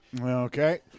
Okay